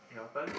your turn